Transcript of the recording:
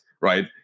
right